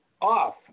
off